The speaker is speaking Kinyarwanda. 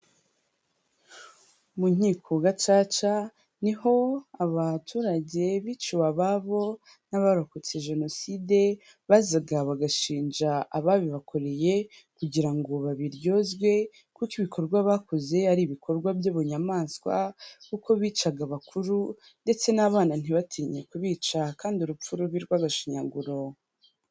Mu nkiko gacaca niho abaturage biciwe ababo n'abarokotse jenoside bazaga bagashinja ababibakoreye, kugira ngo babiryozwe ko kuko ibikorwa bakoze ari ibikorwa by'ubunyamaswa kuko bicaga bakuru ndetse n'abana ntibatinye kubica kandi urupfu rubi rw'agashinyaguro.